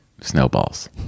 Snowballs